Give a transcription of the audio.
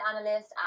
analyst